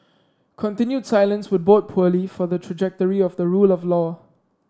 continued silence would bode poorly for the trajectory of the rule of law